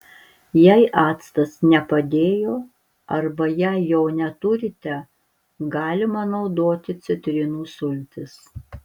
jei actas nepadėjo arba jei jo neturite galima naudoti citrinų sultis